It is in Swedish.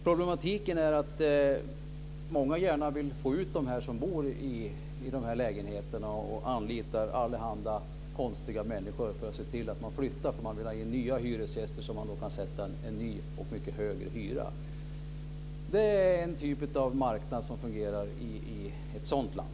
Problematiken är att många gärna vill få ut dem som bor i dessa lägenheter och anlitar allehanda konstiga människor för att se till att de boende flyttar, för man vill ha in nya hyresgäster så att man kan sätta en ny och mycket högre hyra. Det är en typ av marknad som fungerar i ett sådant land.